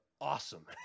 awesome